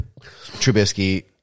Trubisky